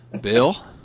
Bill